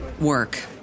work